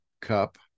cup